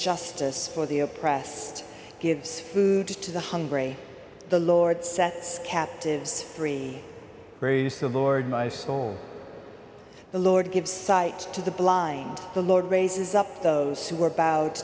justice for the oppressed gives food to the hungry the lord sets captives free bruce the lord my soul the lord give sight to the blind the lord raises up those who are bo